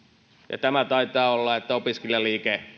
ja taitaa olla että opiskelijaliike